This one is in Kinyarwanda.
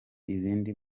izindi